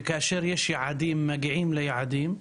וכאשר יש יעדים מגיעים ליעדים,